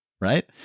right